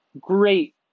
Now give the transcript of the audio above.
great